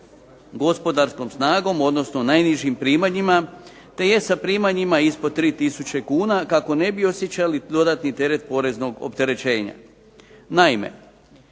gospodarskom snagom, odnosno najnižim primanjima te je sa primanjima ispod 3 tisuće kuna kako ne bi osjećali dodatni teret poreznog opterećenja. Naime,